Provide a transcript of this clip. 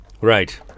Right